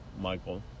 Michael